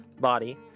body